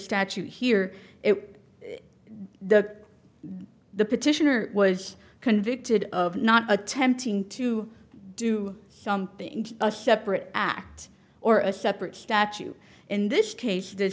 statute here it is the the petitioner was convicted of not attempting to do something a separate act or a separate statute in this case the